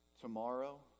tomorrow